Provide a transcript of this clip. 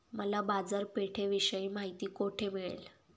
मला बाजारपेठेविषयी माहिती कोठे मिळेल?